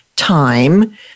time